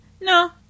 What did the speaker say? No